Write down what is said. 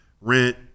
rent